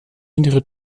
hintere